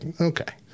okay